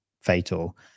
fatal